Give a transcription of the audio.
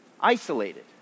Isolated